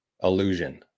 illusion